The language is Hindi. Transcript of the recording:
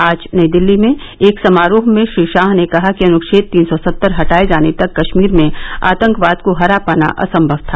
आज नई दिल्ली में एक समारोह में श्री शाह ने कहा कि अनुछेद तीन सौ सत्तर हटाए जाने तक कश्मीर में आतंकवाद को हरा पाना असंभव था